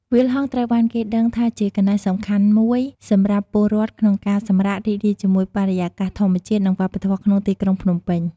វាលហង្សត្រូវបានគេដឹងថាជាកន្លែងសំខាន់មួយសម្រាប់ពលរដ្ឋក្នុងការសម្រាក រីករាយជាមួយបរិយាកាសធម្មជាតិ និងវប្បធម៌ក្នុងទីក្រុងភ្នំពេញ។